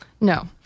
No